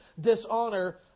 dishonor